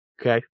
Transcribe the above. Okay